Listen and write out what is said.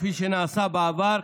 כפי שנעשה בעבר,